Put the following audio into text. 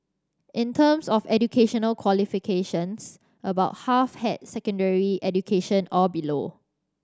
in terms of educational qualifications about half had secondary education or below